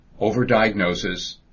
Overdiagnosis